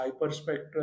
hyperspectral